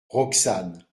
roxane